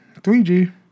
3G